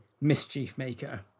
mischief-maker